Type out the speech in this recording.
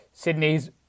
Sydney's